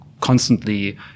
constantly